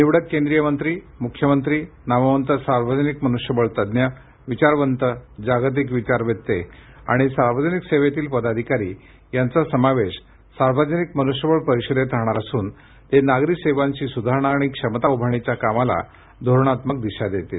निवडक केंद्रीय मंत्री मुख्य मंत्री नामवंत सार्वजनिक मनुष्य बळ तज्ञ विचारवंत जागतिक विचारवेत्ते आणि सार्वजनिक सेवेतील पदाधिकारी यांचा समावेश सार्वजनिक मनुष्यबळ परिषेदत राहणार असून ते नागरी सेवांची सुधारणा आणि क्षमता उभारणीच्या कामाला धोरणात्मक दिशा देतील